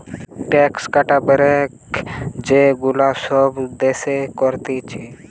tax cut, break যে গুলা সব দেশের করতিছে